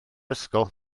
ysgol